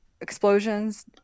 explosions